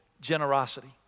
generosity